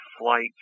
flight